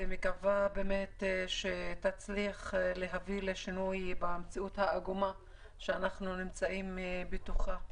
ואני מקווה שתצליח להביא לשינוי במציאות העגומה שאנחנו נמצאים בה.